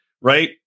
right